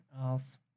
else